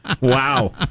wow